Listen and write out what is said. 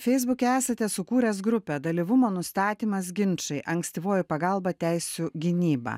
feisbuke esate sukūręs grupę dalyvumo nustatymas ginčai ankstyvoji pagalba teisių gynyba